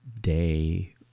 day